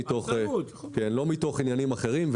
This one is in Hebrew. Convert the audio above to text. לא מתוך עניינים אחרים.